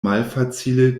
malfacile